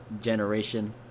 generation